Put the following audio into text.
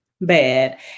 bad